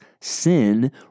sin